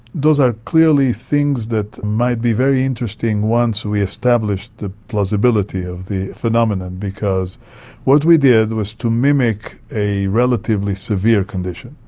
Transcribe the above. those are clearly things that might be very interesting once we establish the plausibility of the phenomenon because what we did was to mimic a relatively severe condition,